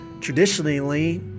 Traditionally